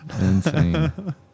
Insane